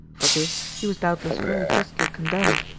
for this he was doubtless very justly condemned,